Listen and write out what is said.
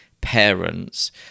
parents